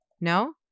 No